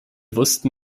wussten